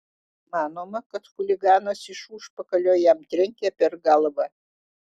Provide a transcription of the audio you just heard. manoma kad chuliganas iš užpakalio jam trenkė per galvą